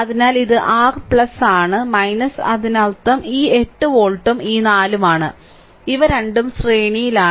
അതിനാൽ ഇത് r ആണ് അതിനർത്ഥം ഈ 8 വോൾട്ടും ഈ 4 ഉം ആണ് ഇവ രണ്ടും ശ്രേണിയിലാണ്